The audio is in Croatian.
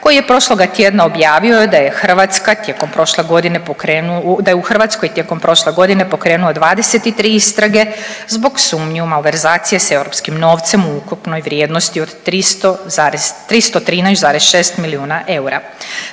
tijekom prošle godine, da je u Hrvatskoj tijekom prošle godine pokrenuo 23 istrage zbog sumnje u malverzacije s europskim novcem u ukupnoj vrijednosti od 313,6 milijuna eura.